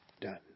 done